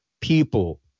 people